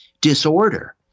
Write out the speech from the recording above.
disorder